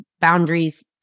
boundaries